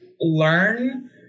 learn